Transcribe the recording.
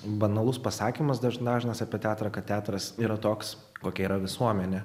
banalus pasakymas daž dažnas apie teatrą kad teatras yra toks kokia yra visuomenė